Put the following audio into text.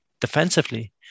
defensively